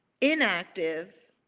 Inactive